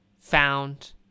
found